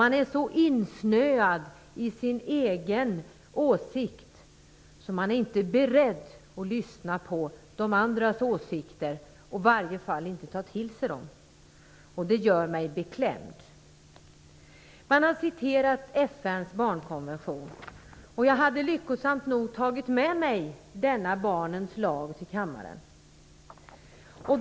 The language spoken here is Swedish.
Man är så insnöad i sin egen åsikt att man inte är beredd att lyssna på de andras åsikter, och man är i alla fall inte beredd att ta till sig dem. Det gör mig beklämd. Här har man citerat FN:s barnkonvention. Lyckosamt nog har jag tagit med mig barnens lag till kammaren.